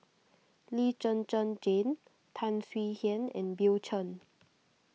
Lee Zhen Zhen Jane Tan Swie Hian and Bill Chen